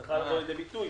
צריכה לבוא לידי ביטוי.